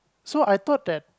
so I thought that